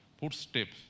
footsteps